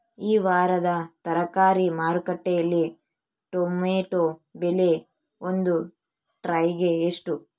ಈ ವಾರದ ತರಕಾರಿ ಮಾರುಕಟ್ಟೆಯಲ್ಲಿ ಟೊಮೆಟೊ ಬೆಲೆ ಒಂದು ಟ್ರೈ ಗೆ ಎಷ್ಟು?